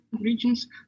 regions